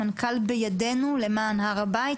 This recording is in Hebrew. מנכ"ל "בידינו" למען הר הבית,